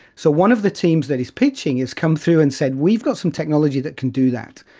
so one of the teams that is pitching has come through and said we've got some technology that can do that.